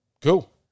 Cool